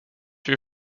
view